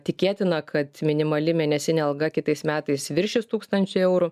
tikėtina kad minimali mėnesinė alga kitais metais viršys tūkstančio eurų